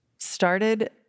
Started